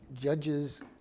judges